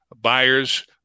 buyers